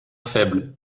faible